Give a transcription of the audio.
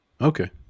okay